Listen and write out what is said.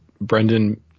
Brendan